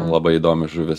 labai įdomios žuvys